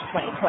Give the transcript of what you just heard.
2020